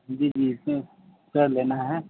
جی جی اس میں کیا لینا ہے